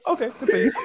Okay